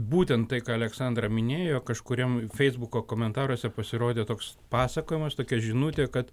būtent tai ką aleksandra minėjo kažkuriam feisbuko komentaruose pasirodė toks pasakojimas tokia žinutė kad